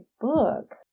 book